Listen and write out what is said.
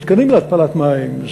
מתקנים להתפלת מים,